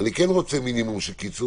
אני כן רוצה מינימום של קיצור,